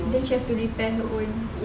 then she have to repair her own